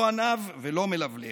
לא עניו ולא מלבלב.